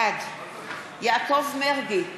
בעד יעקב מרגי,